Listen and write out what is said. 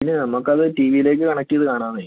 ഇല്ല നമുക്ക് അത് ടി വിയിലേക്ക് കണക്റ്റ് ചെയ്ത് കാണാമെന്നേ